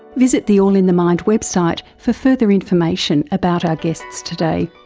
visit the all in the mind website for further information about our guests today.